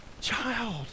child